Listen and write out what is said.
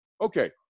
Okay